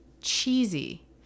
cheesy